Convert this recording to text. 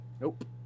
Nope